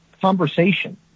conversation